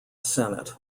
senate